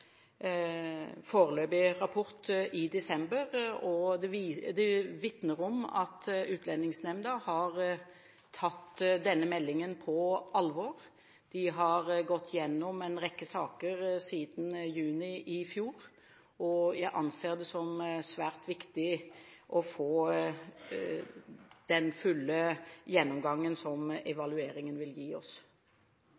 foreløpig rapport i desember, og det vitner om at Utlendingsnemnda har tatt denne meldingen på alvor. De har gått igjennom en rekke saker siden juni i fjor, og jeg anser det som svært viktig å få den fulle gjennomgangen som